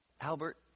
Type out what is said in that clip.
Albert